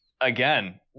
again